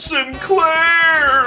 Sinclair